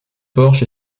porche